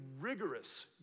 rigorous